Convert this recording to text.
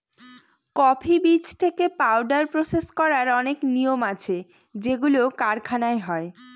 coffee বীজ থেকে powder process করার অনেক নিয়ম আছে যেগুলো কারখানায় হয়